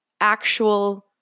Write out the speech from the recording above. actual